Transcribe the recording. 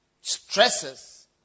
stresses